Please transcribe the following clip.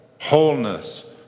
wholeness